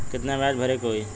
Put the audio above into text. कितना ब्याज भरे के होई?